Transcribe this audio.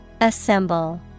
Assemble